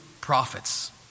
prophets